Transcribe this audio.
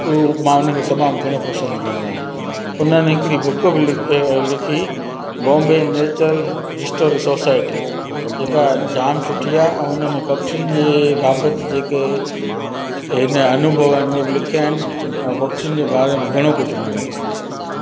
उहो मां हुनखे तमामु घणो पसंदि कंदो आहियां उन्हनि हिकिड़ी बुक बि लिखी बॉम्बे नेचर हिस्टोरी सोसायटी जेका जाम सुठी आहे ऐं हुन में पखियुनि जे बाबति जेके हिन अनुभव आहिनि उहा बि लिखिया आहिनि ऐं पखियुनि जे बारे में घणो कुझु हुन लिखियल आहे